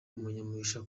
umunyamugisha